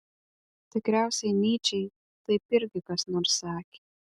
tikriausiai nyčei taip irgi kas nors sakė